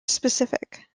specific